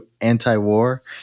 anti-war